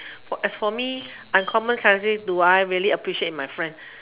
for as for me uncommon characteristics do I really appreciate in my friends